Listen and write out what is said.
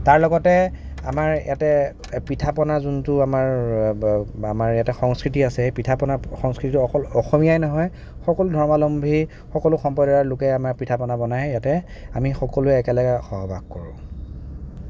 তাৰ লগতে আমাৰ ইয়াতে পিঠা পনা যোনটো আমাৰ আমাৰ ইয়াতে সংস্কৃতি আছে পিঠা পনা সংস্কৃতিটো অকল অসমীয়াই নহয় সকলো ধৰ্মাৱলম্বী সকলো সম্প্ৰদায়ৰ লোকে আমাৰ পিঠা পনা বনায় ইয়াতে আমি সকলোৱে একেলগে সহবাস কৰোঁ